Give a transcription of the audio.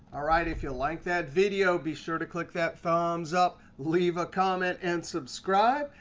ah right, if you liked that video, be sure to click that thumbs up, leave a comment, and subscribe,